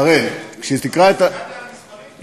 אראל, כשתקרא את, הסתכלתי על המספרים.